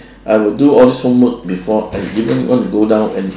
I would do all these homework before I even want to go down and